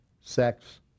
sex